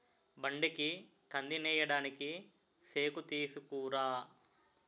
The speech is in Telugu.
బండికి కందినేయడానికి సేకుతీసుకురా